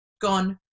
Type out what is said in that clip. gone